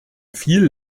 viel